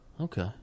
Okay